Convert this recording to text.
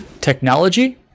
Technology